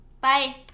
Bye